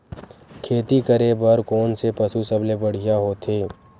खेती करे बर कोन से पशु सबले बढ़िया होथे?